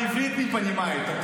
היא מתה לשמוע את השפה.